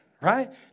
right